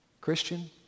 Christian